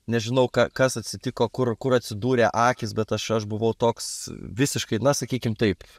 nežinau ką kas atsitiko kur kur atsidūrė akys bet aš aš buvau toks visiškai na sakykim taip